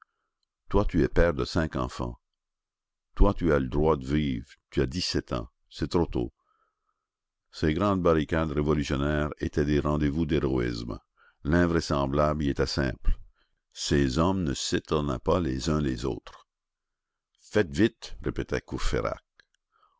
toi tu es père de cinq enfants toi tu as le droit de vivre tu as dix-sept ans c'est trop tôt ces grandes barricades révolutionnaires étaient des rendez-vous d'héroïsmes l'invraisemblable y était simple ces hommes ne s'étonnaient pas les uns les autres faites vite